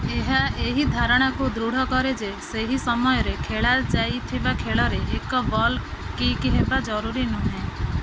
ଏହା ଏହି ଧାରଣାକୁ ଦୃଢ଼ କରେ ଯେ ସେହି ସମୟରେ ଖେଳାଯାଇଥିବା ଖେଳରେ ଏକ ବଲ୍ କିକ୍ ହେବା ଜରୁରୀ ନୁହେଁ